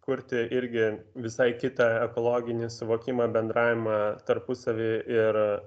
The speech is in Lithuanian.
kurti irgi visai kitą ekologinį suvokimą bendravimą tarpusavy ir